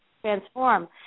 transform